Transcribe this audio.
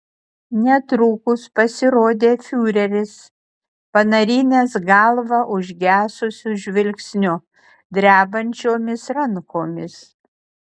netrukus pasirodė fiureris panarinęs galvą užgesusiu žvilgsniu drebančiomis rankomis